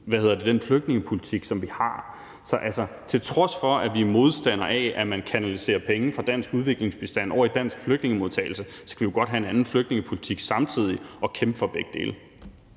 den flygtningepolitik, som vi har. Så altså, til trods for at vi er modstandere af, at man kanaliserer penge fra dansk udviklingsbistand over i dansk flygtningemodtagelse, kan vi jo godt have en anden flygtningepolitik samtidig og kæmpe for begge dele.